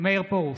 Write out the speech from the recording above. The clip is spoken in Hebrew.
מאיר פרוש,